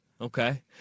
Okay